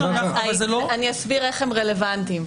אני אסביר איך הם רלוונטיים.